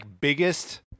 biggest